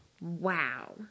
wow